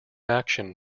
action